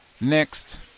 Next